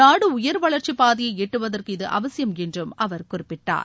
நாடு உயர் வளர்ச்சி பாதையை எட்டுவதற்கு இது அவசியம் என்றும் அவர் குறிப்பிட்டார்